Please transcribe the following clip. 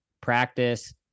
practice